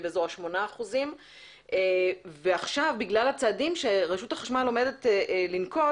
בסביבות 8%. עכשיו בגלל הצעדים שרשות החשמל עומדת לנקוט